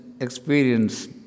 experience